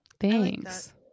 Thanks